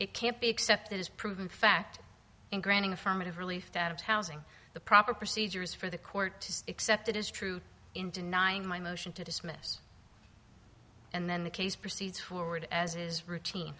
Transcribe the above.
it can't be accepted as proven fact in granting affirmative relief to out of housing the proper procedures for the court except it is true in denying my motion to dismiss and then the case proceeds forward as is routine